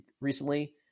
recently